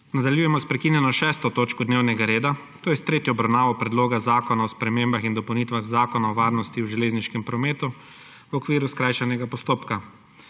Nadaljujemo s prekinjeno 6. točko dnevnega reda – tretjo obravnavo Predloga zakona o spremembah in dopolnitvah Zakona o varnosti v železniškem prometu v okviru skrajšanega postopka.